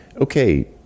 okay